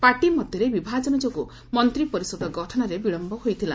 party ମଧ୍ୟରେ ବିଭାଜନ ଯୋଗୁଁ ମନ୍ତ୍ରୀପରିଷଦ ଗଠନରେ ବିଳମ୍ଭ ହୋଇଥିଲା